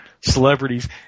celebrities –